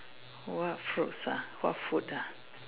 what fruits ah what food ah